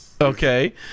Okay